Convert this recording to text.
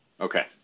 Okay